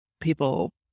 people